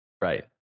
Right